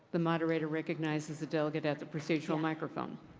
the moderator recognizes the delegate at the procedural microphone.